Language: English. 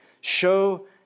show